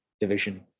division